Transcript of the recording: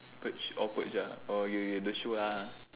the purge awkward sia okay K the